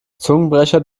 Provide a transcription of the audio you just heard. zungenbrecher